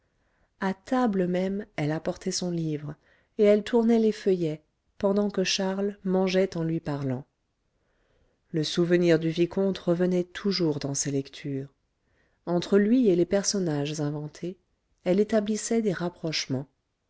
à table même elle apportait son livre et elle tournait les feuillets pendant que charles mangeait en lui parlant le souvenir du vicomte revenait toujours dans ses lectures entre lui et les personnages inventés elle établissait des rapprochements